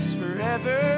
forever